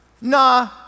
nah